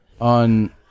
on